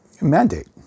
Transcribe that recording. mandate